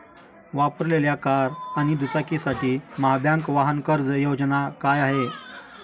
वापरलेल्या कार आणि दुचाकीसाठी महाबँक वाहन कर्ज योजना काय आहे?